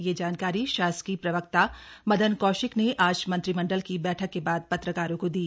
यह जानकारी शासकीय प्रवक्ता मदन कौशिक ने आज मंत्रिमंडल की बैठक के बाद पत्रकारों को दी